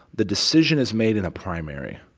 the decision is made in a primary.